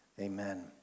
Amen